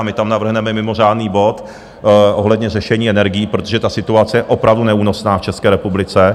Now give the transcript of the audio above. My tam navrhneme mimořádný bod ohledně řešení energií, protože ta situace je opravdu neúnosná v České republice.